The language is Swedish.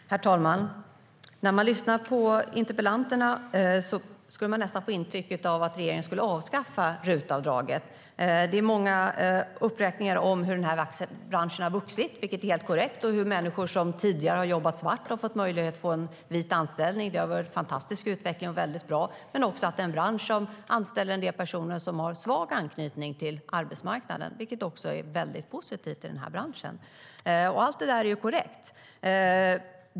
Herr talman! När man lyssnar på interpellanterna får man nästan intrycket att regeringen skulle avskaffa RUT-avdraget. Det är många uppräkningar om hur branschen har vuxit, vilket är helt korrekt, och hur människor som tidigare har jobbat svart har fått möjlighet att få en vit anställning. Det har varit en fantastisk utveckling som är väldigt bra, men det är också en bransch som anställer en del personer som har svag anknytning till arbetsmarknaden, vilket också är väldigt positivt. Allt detta är korrekt.